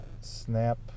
snap